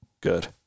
good